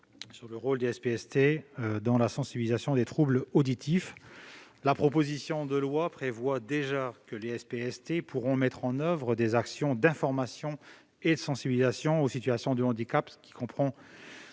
le rôle des SPST dans la sensibilisation aux troubles auditifs. La proposition de loi prévoit déjà que les SPST pourront mettre en oeuvre des actions d'information et de sensibilisation aux situations de handicap, ce qui comprend